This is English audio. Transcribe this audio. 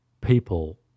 people